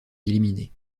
éliminer